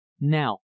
now